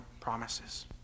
promises